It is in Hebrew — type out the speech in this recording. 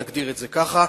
נגדיר את זה ככה,